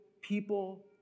people